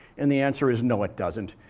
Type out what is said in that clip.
and the answer is, no, it doesn't.